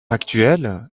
actuelle